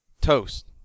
toast